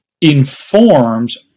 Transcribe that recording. informs